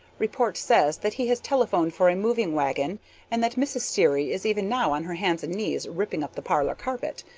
report says that he has telephoned for a moving wagon and that mrs. sterry is even now on her hands and knees ripping up the parlor carpet.